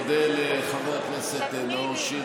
אחר כך תצטרך להסביר את, שיש